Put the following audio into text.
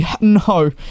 no